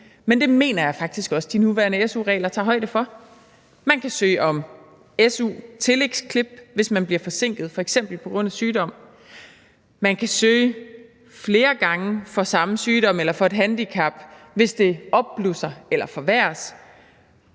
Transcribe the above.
Men det mener jeg faktisk også de nuværende su-regler tager højde for. Man kan søge om su-tillægsklip, hvis man bliver forsinket, f.eks. på grund af sygdom. Man kan søge flere gange for samme sygdom eller for et handicap, hvis det opblusser eller forværres.